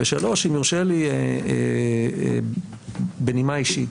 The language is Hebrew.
דבר שלישי, אם יורשה לי בנימה אישית: